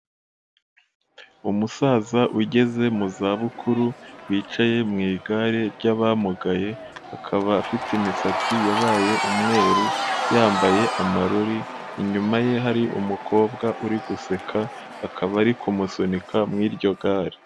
Umusaza ugeze mu zabukuru wicaye mu igare ry'abamugaye, akaba afite imisatsi yabaye umweru, yambaye amarori, inyuma ye hari umukobwa uri guseka, akaba ari kumusunika mu iryo gare.